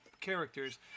characters